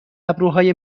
ابروهای